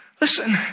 Listen